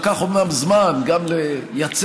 לקח אומנם זמן לייצר,